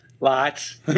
Lots